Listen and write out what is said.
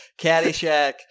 Caddyshack